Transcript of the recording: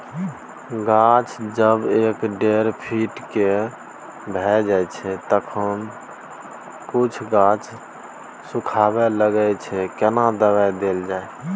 गाछ जब एक डेढ फीट के भ जायछै तखन कुछो गाछ सुखबय लागय छै केना दबाय देल जाय?